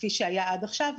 כפי שהיה עד עכשיו,